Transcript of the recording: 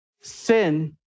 Sin